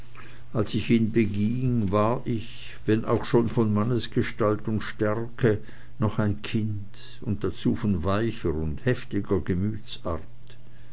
als ich ihn beging war ich wenn auch schon von mannesgestalt und stärke noch ein kind und dazu von weicher und heftiger